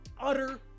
utter